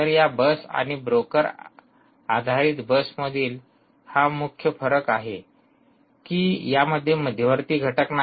तर या बस आणि ब्रोकर आधारित बसमधील मुख्य फरक हा आहे कि यामध्ये मध्यवर्ती घटक नाही